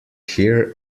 here